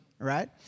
Right